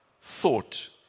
thought